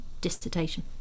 dissertation